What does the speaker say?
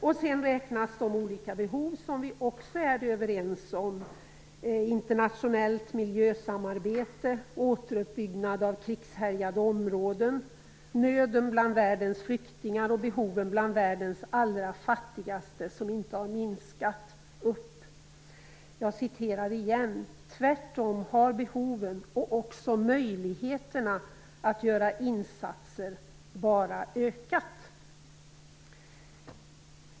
Därefter räknas de olika behov upp som vi också är överens om - internationellt miljösamarbete, återuppbyggnad av krigshärjade områden, nöden bland världens flyktingar och behoven bland världens allra fattigaste, som inte har minskat. Jag fortsätter att återge vad Pierre Schori sade: Tvärtom har behoven och också möjligheterna att göra insatser bara ökat.